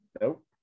Nope